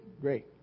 great